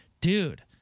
dude